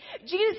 Jesus